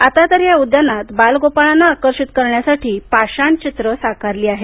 आता तर या उद्यानात बालगोपाळाना आकर्षित करण्यासाठी पाषाणचित्र साकारली जात आहेत